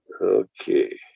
Okay